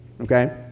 okay